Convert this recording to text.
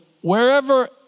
wherever